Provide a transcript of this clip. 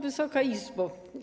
Wysoka Izbo!